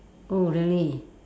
oh really